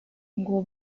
ngo